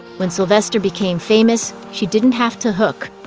when sylvester became famous, she didn't have to hook.